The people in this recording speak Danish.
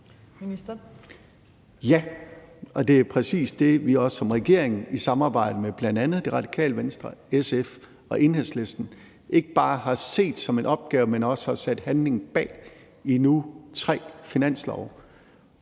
Ja, og det er præcis det, vi også som regering i samarbejde med bl.a. Radikale Venstre, SF og Enhedslisten ikke bare har set som en opgave, men også har sat handling bag i nu tre finanslove.